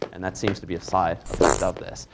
and that seems to be a side effect of this.